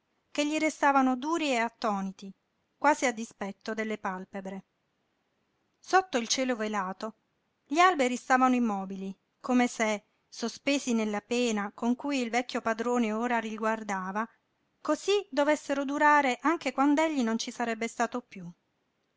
che gli restavano duri e attoniti quasi a dispetto delle pàlpebre sotto il cielo velato gli alberi stavano immobili come se sospesi nella pena con cui il vecchio padrone ora li guardava cosí dovessero durare anche quand'egli non ci sarebbe stato piú